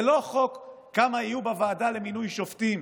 זה לא חוק כמה יהיו בוועדה למינוי שופטים